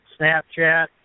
Snapchat